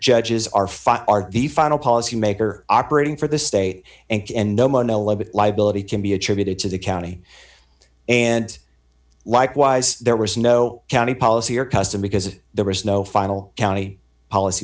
judges are fine are the final policy maker operating for the state and no money liability can be attributed to the county and likewise there was no county policy or custom because there was no final county policy